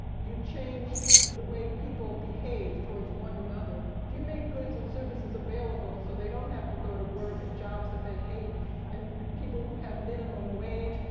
you change the way people behave towards one another. if you make goods and services available so they don't have to go to work at jobs that they hate and people who have minimum wage,